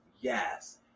yes